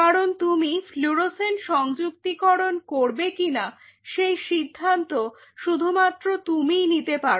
কারণ তুমি ফ্লুরোসেন্ট সংযুক্তিকরণ করবে কিনা সেই সিদ্ধান্ত শুধুমাত্র তুমিই নিতে পারো